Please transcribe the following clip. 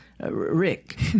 Rick